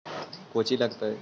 कौची लगतय?